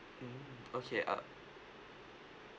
mm okay uh